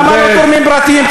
למה לא תורמים פרטיים?